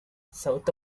south